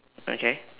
okay